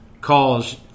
cause